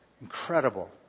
Incredible